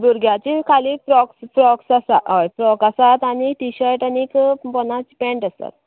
भुरग्याचें खालीं frocks frocks आसा हय फ्रोक्स आसात आनी टिशर्ट आनीक पोंदाक पेन्ट आसता